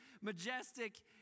majestic